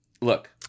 Look